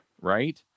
right